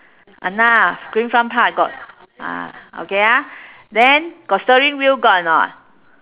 !hanna! green front part got ah okay ah then got steering wheel got or not